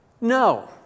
No